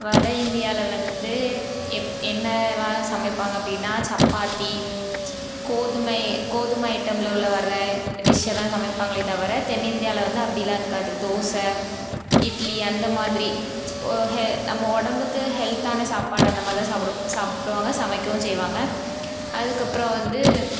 வட இந்தியாவில வந்து எப் என்னலாம் சமைப்பாங்க அப்படீன்னா சப்பாத்தி கோதுமை கோதுமை ஐட்டமில் உள்ள வர்ற டிஷ்ஷைதான் சமைப்பாங்களே தவிர தென்னிந்தியாவில வந்து அப்படில்லாம் இருக்காது தோசை இட்லி அந்தமாதிரி ஒ ஹெ நம்ம உடம்புக்கு ஹெல்த்தான சாப்பாடு அந்தமாதிரிதான் சாப்பிடுவோம் சாப்பிடுவாங்க சமைக்கவும் செய்வாங்க அதுக்கு அப்புறம் வந்து